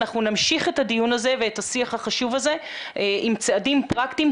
אנחנו נמשיך את הדיון הזה ואת השיח החשוב הזה עם צעדים פרקטיים,